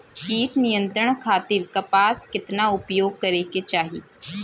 कीट नियंत्रण खातिर कपास केतना उपयोग करे के चाहीं?